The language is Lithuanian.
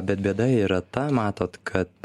bet bėda yra ta matot kad